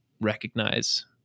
recognize